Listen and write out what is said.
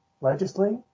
legislate